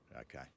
Okay